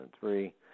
three